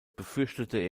befürchtete